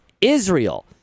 Israel